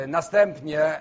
Następnie